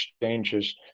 exchanges